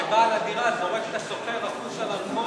שבעל הדירה זורק את השוכר החוצה לרחוב,